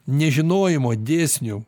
nežinojimo dėsnių